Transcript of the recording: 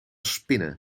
spinnen